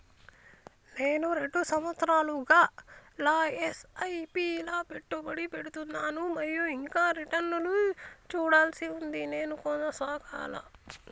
నేను రెండు సంవత్సరాలుగా ల ఎస్.ఐ.పి లా పెట్టుబడి పెడుతున్నాను మరియు ఇంకా రిటర్న్ లు చూడాల్సి ఉంది నేను కొనసాగాలా?